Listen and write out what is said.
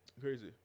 Crazy